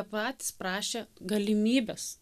patys prašė galimybės